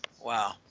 Wow